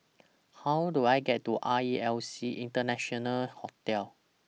How Do I get to R E L C International Hotel